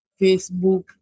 Facebook